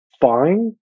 fine